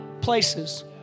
places